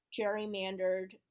gerrymandered